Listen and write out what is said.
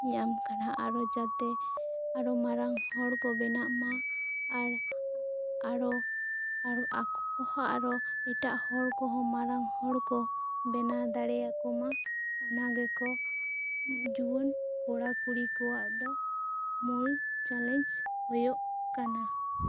ᱧᱟᱢ ᱠᱟᱱᱟ ᱟᱨᱚ ᱡᱟᱛᱮ ᱟᱨᱚ ᱢᱟᱨᱟᱝ ᱦᱚᱲ ᱠᱚ ᱵᱮᱱᱟᱜ ᱢᱟ ᱟᱨ ᱧᱟᱢ ᱠᱟᱱᱟ ᱟᱨᱚ ᱡᱟᱛᱮ ᱟᱨᱚ ᱟᱠᱚᱦᱚᱜ ᱟᱨᱚ ᱮᱴᱟᱜ ᱦᱚᱲ ᱠᱚᱦᱚᱸ ᱢᱟᱨᱟᱝ ᱦᱚᱲ ᱠᱚ ᱵᱮᱱᱟᱣ ᱫᱟᱲᱮᱭᱟᱠᱚᱢᱟ ᱚᱱᱟᱜᱮᱠᱚ ᱡᱩᱣᱟᱱ ᱠᱚᱲᱟ ᱠᱩᱲᱤ ᱠᱚᱣᱟᱜ ᱫᱚ ᱢᱩᱞ ᱪᱟᱞᱮᱱᱡᱽ ᱦᱩᱭᱩᱜ ᱠᱟᱱᱟ